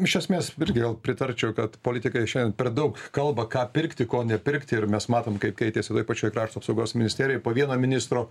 iš esmės irgi gal pritarčiau kad politikai šiandien per daug kalba ką pirkti ko nepirkti ir mes matom kaip keitėsi toj pačioj krašto apsaugos ministerijoj po vieno ministro